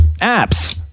apps